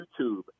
YouTube